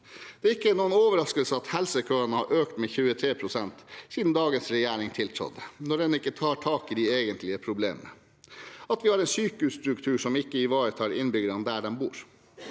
Det er ikke noen overraskelse at helsekøene har økt med 23 pst. siden dagens regjering tiltrådte, når en ikke tar tak i det egentlige problemet – at vi har en sykehusstruktur som ikke ivaretar innbyggerne der de bor.